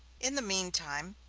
in the mean time,